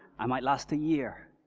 i might last a year,